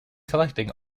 collecting